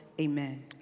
Amen